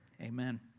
Amen